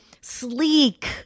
sleek